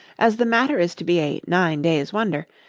as the matter is to be a nine days' wonder,